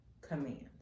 commands